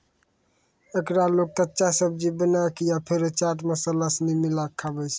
एकरा लोग कच्चा, सब्जी बनाए कय या फेरो चाट मसाला सनी मिलाकय खाबै छै